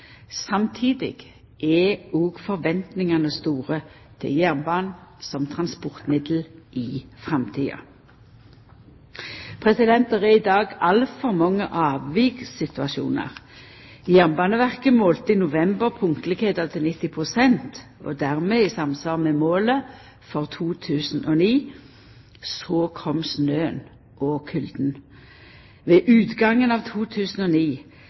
Samtidig er òg forventningane store til jernbanen som transportmiddel i framtida. Det er i dag altfor mange avvikssituasjoner. Jernbaneverket målte i november punktlegheita til 90 pst., og det er dermed i samsvar med målet for 2009. Så kom snøen og kulden. Ved utgangen av 2009